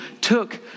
took